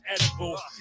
edible